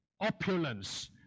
opulence